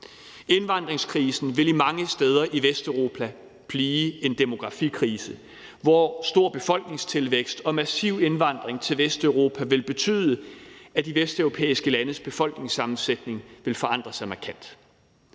Indvandringskrisen vil mange steder i Vesteuropa blive en demografikrise, hvor stor befolkningstilvækst og massiv indvandring til Vesteuropa vil betyde, at de vesteuropæiske landes befolkningssammensætning vil forandre sig markant.